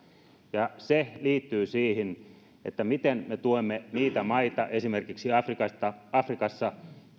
se liittyy siihen miten me tuemme niitä maita esimerkiksi afrikassa